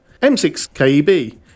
M6KEB